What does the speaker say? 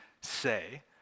say